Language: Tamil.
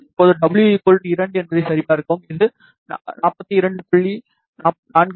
இப்போது w 2 என்பதை சரிபார்க்கவும் இது 42